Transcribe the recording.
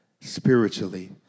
spiritually